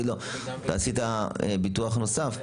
הוא יגיד לו: אתה עשית ביטוח נוסף,